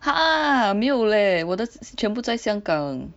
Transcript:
!huh! 没有 leh 我的全部在香港